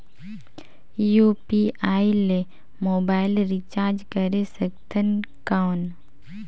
UPI ले mobile recharge करे सकथन कौन?